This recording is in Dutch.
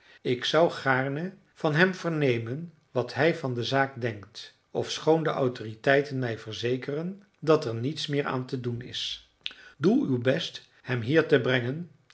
ik zou gaarne van hem vernemen wat hij van de zaak denkt ofschoon de autoriteiten mij verzekeren dat er niets meer aan te doen is doe uw best hem hier te brengen